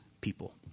people